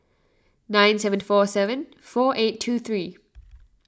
nine seven four seven four eight two three